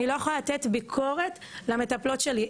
אני לא יכולה לתת ביקורת למטפלות שלי,